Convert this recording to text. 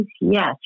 Yes